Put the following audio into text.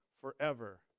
forever